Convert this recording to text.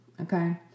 okay